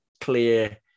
clear